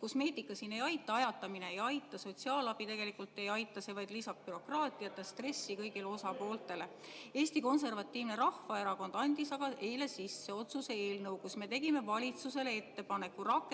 Kosmeetika siin ei aita, ajatamine ei aita, sotsiaalabi tegelikult ei aita, see vaid lisab bürokraatiat ja stressi kõigile osapooltele. Eesti Konservatiivne Rahvaerakond andis aga eile sisse otsuse eelnõu, milles me tegime valitsusele ettepaneku rakendada